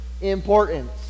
importance